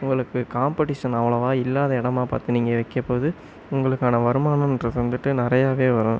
உங்களுக்கு காம்படிஷன் அவ்வளோவா இல்லாத இடமா பார்த்து நீங்கள் வைக்கப்போது உங்களுக்கான வருமானோன்றது வந்துவிட்டு நிறையாவே வரும்